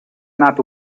nato